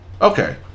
Okay